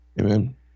Amen